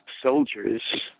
soldiers